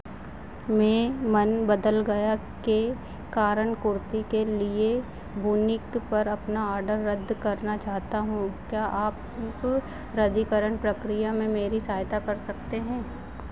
मैं मन बदल गया के कारण कुर्ती के लिए वूनिक पर अपना ऑर्डर रद्द करना चाहता हूँ क्या आप रद्दीकरण प्रक्रिया में मेरी सहायता कर सकते हैं